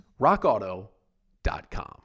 rockauto.com